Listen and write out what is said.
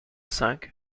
cinq